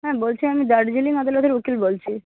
হ্যাঁ বলছি আমি দার্জিলিং আদালতের উকিল বলছি